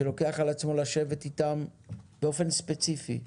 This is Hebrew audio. שלוקח על עצמו לשבת איתם באופן ספציפי.